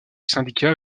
syndicat